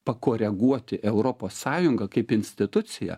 pakoreguoti europos sąjungą kaip instituciją